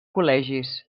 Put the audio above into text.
col·legis